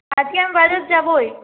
আজকে আমি বাজার যাবোই